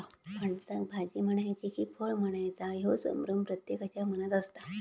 फणसाक भाजी म्हणायची कि फळ म्हणायचा ह्यो संभ्रम प्रत्येकाच्या मनात असता